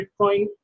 Bitcoin